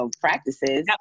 practices